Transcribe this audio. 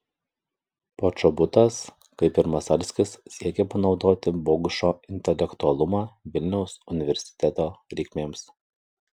počobutas kaip ir masalskis siekė panaudoti bogušo intelektualumą vilniaus universiteto reikmėms